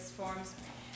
forms